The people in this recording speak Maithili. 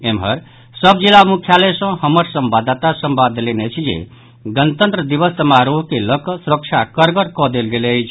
एम्हर सभ जिला मुख्यालय सँ हमर संवाददाता संवाद देलनि अछि जे गणतंत्र दिवस समारोह के लऽ कऽ सुरक्षा कड़गड़ कऽ देल गेल अछि